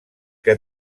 que